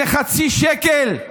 זה חצי שקל.